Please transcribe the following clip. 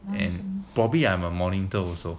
and probably I'm a monitor also